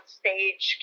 stage